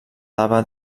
lava